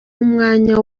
umwanya